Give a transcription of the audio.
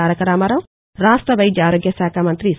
తారకరామారావు రాష్ట్ర వైద్య ఆరోగ్య శాఖ మంతి సి